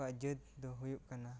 ᱠᱚᱣᱟᱜ ᱡᱟᱹᱛ ᱫᱚ ᱦᱩᱭᱩᱜ ᱠᱟᱱᱟ ᱦᱟᱹᱛᱤ